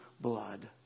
blood